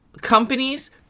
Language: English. companies